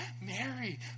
mary